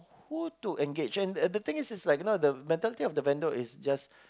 who to engage and the thing is like the mentality if the vendor is just